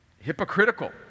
hypocritical